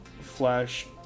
flash